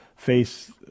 face